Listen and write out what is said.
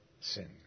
sin